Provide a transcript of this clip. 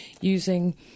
using